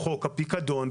חוק הפיקדון,